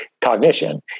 cognition